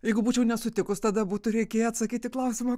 jeigu būčiau nesutikus tada būtų reikėję atsakyti į klausimą